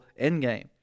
Endgame